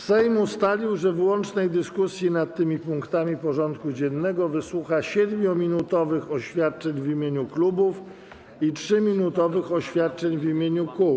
Sejm ustalił, że w łącznej dyskusji nad tymi punktami porządku dziennego wysłucha 7-minutowych oświadczeń w imieniu klubów i 3-minutowych oświadczeń w imieniu kół.